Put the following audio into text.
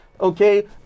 okay